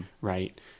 right